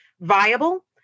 viable